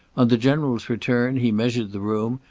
on the general's return, he measured the room,